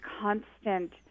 constant